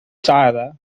tyler